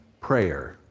prayer